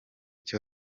cyo